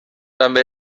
també